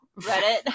Reddit